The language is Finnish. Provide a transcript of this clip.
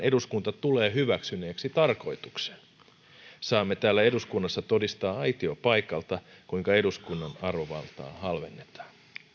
eduskunta tulee hyväksyneeksi tarkoituksen saamme täällä eduskunnassa todistaa aitopaikalta kuinka eduskunnan arvovaltaa halvennetaan